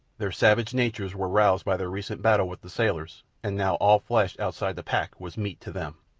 their savage natures were roused by their recent battle with the sailors, and now all flesh outside the pack was meat to them.